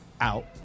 out